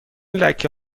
لکه